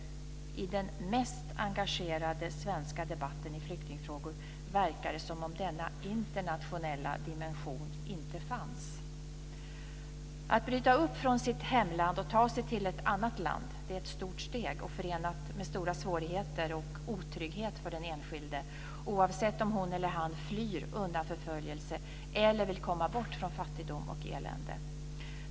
I den mest engagerade svenska debatten i flyktingfrågor verkar det som om denna internationella dimension inte fanns. Att bryta upp från sitt hemland och ta sig till ett annat land är ett stort steg och förenat med stora svårigheter och otrygghet för den enskilde, oavsett om hon eller han flyr undan förföljelse eller vill komma bort från fattigdom och elände.